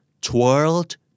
Twirled